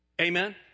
Amen